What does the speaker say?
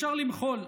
אפשר למחול,